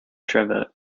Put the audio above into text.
trevor